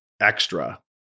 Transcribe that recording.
extra